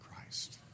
Christ